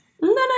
no